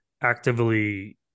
actively